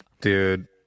Dude